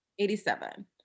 87